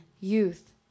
youth